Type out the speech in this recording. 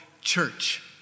church